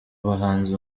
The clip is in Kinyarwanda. bahanzi